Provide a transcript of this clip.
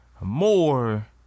more